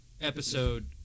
episode